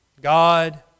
God